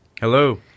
Hello